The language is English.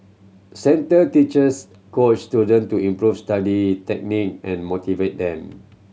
centre teachers coach student to improve study technique and motivate them